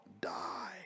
die